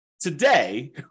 today